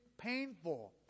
painful